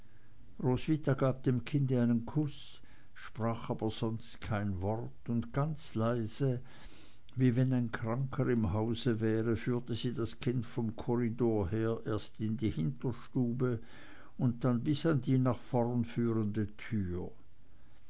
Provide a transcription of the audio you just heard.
roswitha gab dem kinde einen kuß sprach aber sonst kein wort und ganz leise wie wenn ein kranker im hause wäre führte sie das kind vom korridor her erst in die hinterstube und dann bis an die nach vorn führende tür